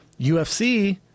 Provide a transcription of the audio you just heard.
UFC